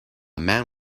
man